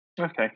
Okay